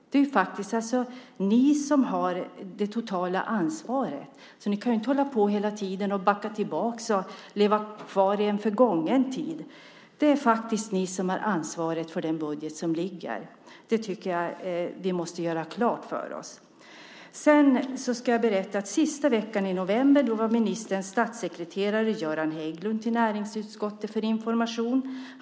Det är ni som har det totala ansvaret, så ni kan inte hålla på och backa tillbaka hela tiden och leva kvar i en förgången tid. Det är faktiskt ni som har ansvaret för den budget som föreligger. Det tycker jag att vi måste göra klart för oss. Sedan vill jag berätta att ministerns statssekreterare Jöran Hägglund var hos näringsutskottet för information sista veckan i november.